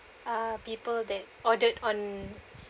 uh people that ordered on